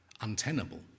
untenable